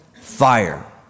fire